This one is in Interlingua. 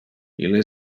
ille